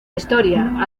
historia